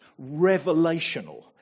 revelational